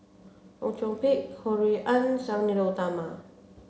Fong Chong Pik Ho Rui An Sang Nila Utama